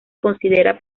considera